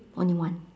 only one